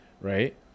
right